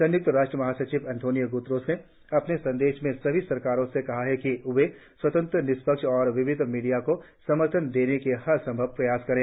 संयुक्त राष्ट्र महासचिव अंतोनियो गुतरस ने अपने संदेश में सभी सरकारों से कहा है कि वे स्वतंत्र निष्पक्ष और विविध मीडिया को समर्थन देने के हर संभव प्रयास करें